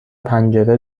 پنجره